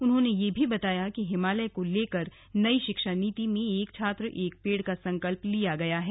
उन्होंने यह भी बताया कि हिमालय को लेकर नई शिक्षा नीति में एक छात्र एक पेड़ का संकल्प लिया गया है